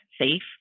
safe